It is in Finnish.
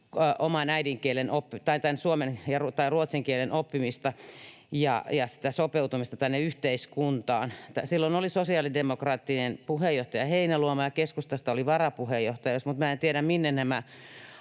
tätä velvoittavuutta ja suomen tai ruotsin kielen oppimista ja sitä sopeutumista tänne yhteiskuntaan. Silloin oli puheenjohtajana sosiaalidemokraattien Heinäluoma ja keskustasta oli varapuheenjohtaja, mutta en tiedä, minne nämä